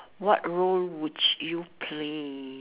what role would you play